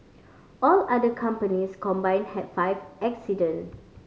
all other companies combine had five accident